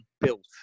built